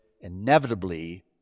inevitably